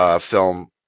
film